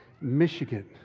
Michigan